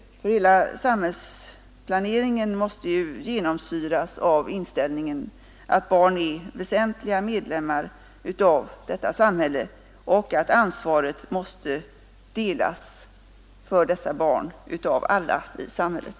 Hela samhällsplaneringen måste genomsyras av inställningen att barnen är väsentliga medlemmar i detta samhälle och att ansvaret för dessa barn måste delas av alla i samhället.